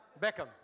Beckham